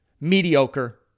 mediocre